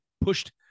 pushed